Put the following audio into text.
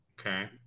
okay